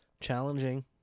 challenging